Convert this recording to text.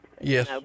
Yes